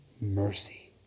mercy